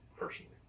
personally